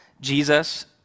Jesus